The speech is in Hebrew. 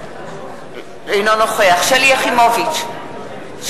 אינו נוכח שלי יחימוביץ,